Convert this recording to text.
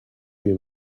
you